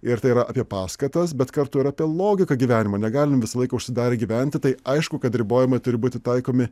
ir tai yra apie paskatas bet kartu ir apie logiką gyvenimo negalim visą laiką užsidarę gyventi tai aišku kad ribojimai turi būti taikomi